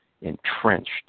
entrenched